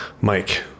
Mike